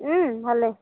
ভালে